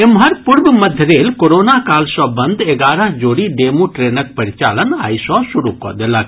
एम्हर पूर्व मध्य रेल कोरोना काल सँ बंद एगारह जोड़ी डेमू ट्रेनक परिचालन आइ सँ शुरू कऽ देलक